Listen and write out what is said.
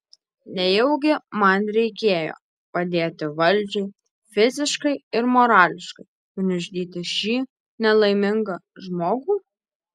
nejaugi man reikėjo padėti valdžiai fiziškai ir morališkai gniuždyti šį nelaimingą žmogų